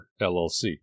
LLC